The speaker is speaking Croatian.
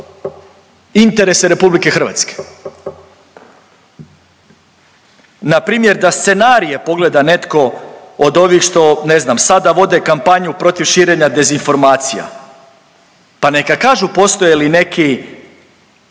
Interese RH. Npr. da scenarije pogleda netko od ovih što ne znam sada vode kampanju protiv širenja dezinformacija pa neka kažu postoje li neki,